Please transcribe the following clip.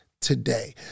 today